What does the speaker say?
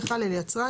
יצרן,